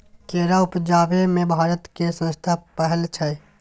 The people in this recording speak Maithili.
केरा उपजाबै मे भारत केर स्थान पहिल छै